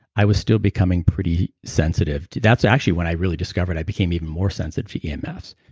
i was still becoming pretty sensitive. that's actually when i really discovered, i became even more sensitive to yeah um emfs.